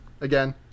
Again